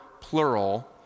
plural